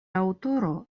aŭtoro